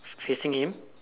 facing him